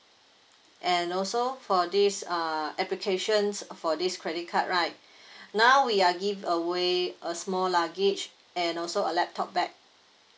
and also for this uh application for this credit card right now we are giveaway a small luggage and also a laptop bag